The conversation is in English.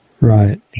Right